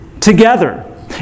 together